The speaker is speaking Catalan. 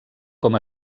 com